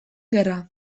gerra